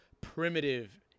primitive